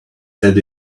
said